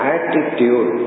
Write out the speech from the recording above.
Attitude